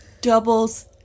doubles